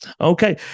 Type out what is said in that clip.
Okay